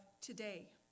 today